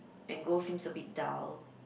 and gold seems a bit dull